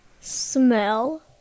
smell